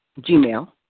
Gmail